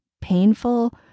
painful